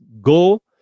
go